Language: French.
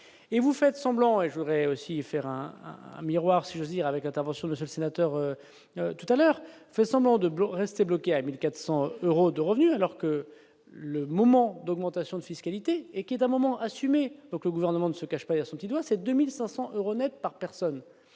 et vous faites semblant et je voudrais aussi faire un miroir si j'ose dire, avec intervention monsieur le sénateur tout à l'heure, fait semblant de bloqués à 1400 euros de revenus, alors que le moment d'augmentation de fiscalité et qui est un moment assumer donc le gouvernement ne se cache pas et son petit doigt, c'est 2500 euros nets par personne,